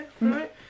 right